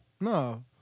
No